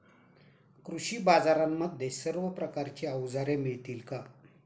कृषी बाजारांमध्ये सर्व प्रकारची अवजारे मिळतील का?